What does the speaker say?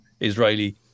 Israeli